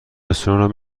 رستوران